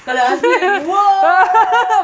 kalau azmi lagi !whoa!